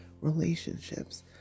relationships